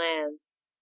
lands